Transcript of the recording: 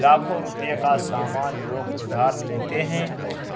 لاکھوں روپے کا سامان لوگ ادھار لیتے ہیں